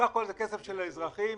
יש נוסח נוסף, חדש,